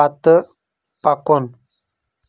پتہٕ پکُن